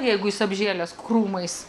jeigu jis apžėlęs krūmais